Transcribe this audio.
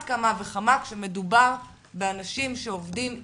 כמה וכמה כשמדובר באנשים שעובדים איתם,